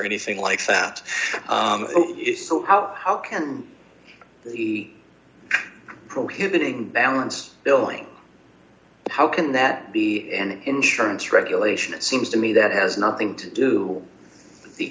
anything like that how how can the prohibiting balance billing how can that be an insurance regulation it seems to me that has nothing to do the